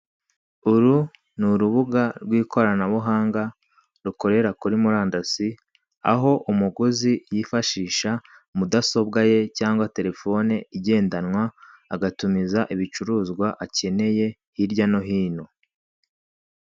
Uru ni urubuga rw'ikoranabuhanga rukorera kuri murandasi aho umuguzi yifashisha mudasobwa ye cyangwa terefone igendanwa agatumiza ibicuruzwa akeneye hirya no hino.